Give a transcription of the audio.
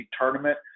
tournament